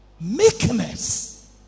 Meekness